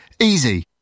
Easy